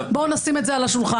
בואו נשים את זה על השולחן.